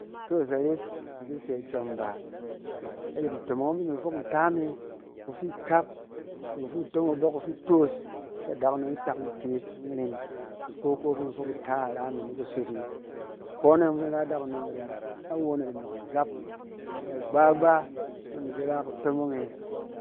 Itos ares ni ki sɛ itsɔm bà. A yɛt ntomong ɔng fi in fok nta me, ifi kap ni kufi itomong itos fɛ adakunom sak in tees, in ren. Iko ko fi in fok nta me ni kusot'in. Akone yɔng fi in ra adakunom di nɔɔk- awon a di nɔɔk agap, na gbagba nɔng in di ra kutomong e.